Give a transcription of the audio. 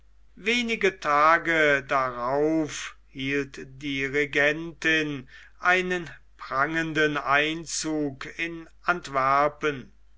wenige tage darauf hielt die regentin einen prangenden einzug in antwerpen